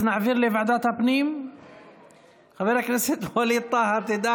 אז נעביר לוועדת הכנסת ושם יוחלט לאן.